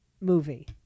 movie